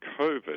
COVID